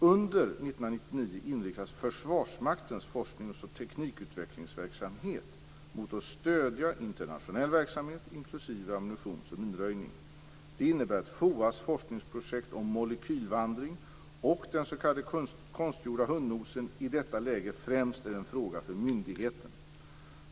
Under 1999 inriktas Försvarsmaktens forskningsoch teknikutvecklingsverksamhet mot att stödja internationell verksamhet, inklusive ammunitions och minröjning. Det innebär att FOA:s forskningsprojekt om molekylvandring och den s.k. konstgjorda hundnosen i detta läge främst är en fråga för myndigheten.